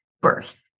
birth